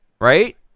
right